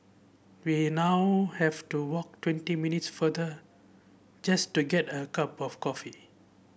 we now have to walk twenty minutes farther just to get a cup of coffee